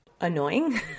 annoying